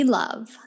love